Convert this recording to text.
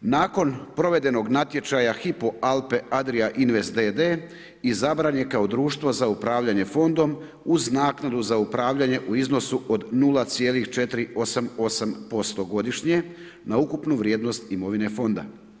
nakon provodanog natječaja Hypo Alpe Adria Invest d.d. i zabranjen je kao društvo za upravljanje fondom uz naknadu za upravljanje u iznosu od 0,488% godišnje na ukupnu vrijednost imovine Fonda.